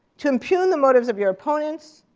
to impugn the motives of your opponents,